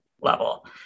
level